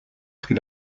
pri